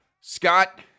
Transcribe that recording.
Scott